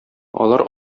алар